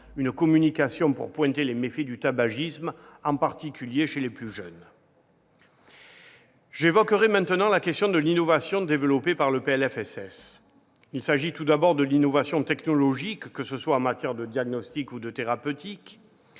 une communication pour pointer les méfaits du tabagisme, en particulier chez les jeunes. J'évoquerai maintenant la question de l'innovation développée par le PLFSS. Il s'agit tout d'abord de l'innovation technologique, que ce soit en matière de diagnostic et de thérapeutique.